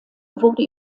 wurde